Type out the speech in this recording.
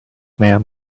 man